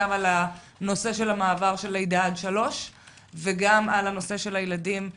גם בנושא המעבר של לידה עד שלוש וגם בנושא של הילדים היום.